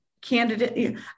candidate